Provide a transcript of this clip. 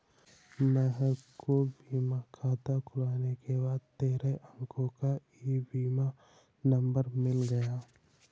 महक को बीमा खाता खुलने के बाद तेरह अंको का ई बीमा नंबर मिल गया